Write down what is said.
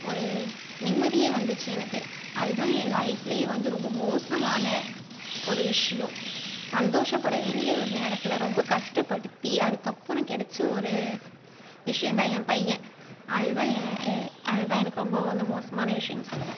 ஒரு நிம்மதியே வந்துச்சு எனக்கு அது தான் என் லைஃப்லயே வந்து ரொம்ப மோசமான ஒரு விஷயம் சந்தோஷப்பட வேண்டிய ஒரு நேரத்தில் ரொம்ப கஷ்டப்படுத்தி அதற்கப்பறம் கிடச்ச ஒரு விஷயம் தான் என் பையன் அது தான் என் அது தான் எனக்கு ரொம்ப வந்து மோசமான விஷயம்னு சொல்லுவேன்